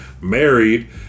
married